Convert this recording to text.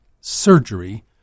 surgery